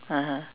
(uh huh)